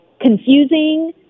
confusing